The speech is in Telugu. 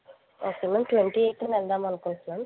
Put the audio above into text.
ఓకే ట్వంటీ ఎయిట్ వెల్దాం అనుకుంటున్నాం